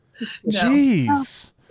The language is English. Jeez